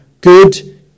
Good